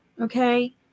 okay